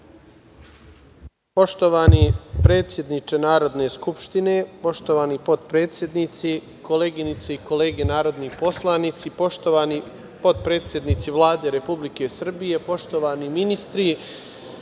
Poštovani predsedniče Narodne skupštine, poštovani potpredsednici, koleginice i kolege narodni poslanici, poštovani potpredsednici Vlade Republike Srbije, poštovani ministri,